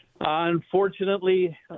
unfortunately